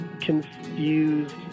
confused